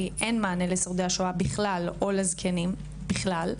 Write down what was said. אין מענה לשורדי השואה בכלל או לזקנים בכלל,